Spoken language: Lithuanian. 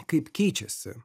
kaip keičiasi